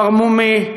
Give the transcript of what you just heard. הוא ערמומי,